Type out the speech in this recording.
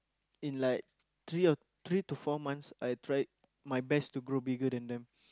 in like three or three to four months I tried my best to grow bigger than them